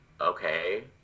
Okay